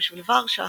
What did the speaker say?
ובשביל ורשה,